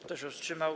Kto się wstrzymał?